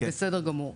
בסדר גמור.